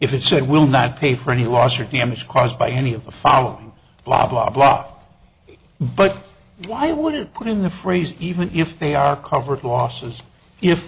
if it's a will not pay for any loss or damage caused by any of the following blah blah blah but why would you put in the phrase even if they are covered losses if